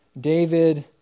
David